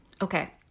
Okay